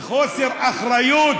בחוסר אחריות.